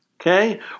Okay